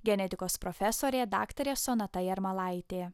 genetikos profesorė daktarė sonata jarmalaitė